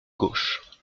gauche